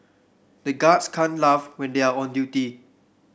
the guards can't laugh when they are on duty